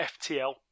FTL